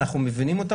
אנחנו מבינים את זה,